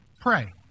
pray